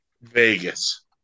Vegas